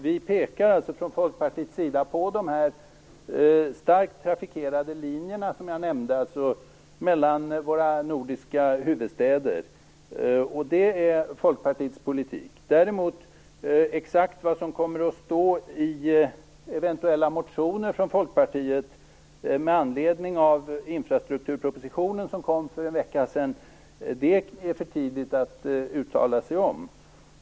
Vi pekar från Folkpartiets sida på de starkt trafikerade linjer som jag nämnde, alltså mellan tre av de nordiska huvudstäderna. Det är Folkpartiets politik. Exakt vad som kommer att stå i eventuella motioner som Folkpartiet kan tänkas lägga fram med anledning av infrastrukturpropositionen som kom för en vecka sedan är det däremot för tidigt att uttala sig om.